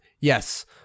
Yes